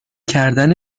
کردن